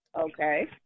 Okay